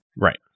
Right